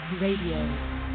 Radio